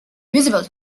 visible